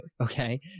okay